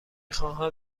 خواهم